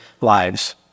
lives